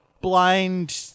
blind